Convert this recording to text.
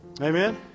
Amen